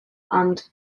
and